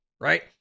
right